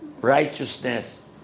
righteousness